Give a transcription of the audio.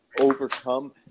overcome